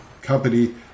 company